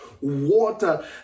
water